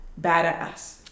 badass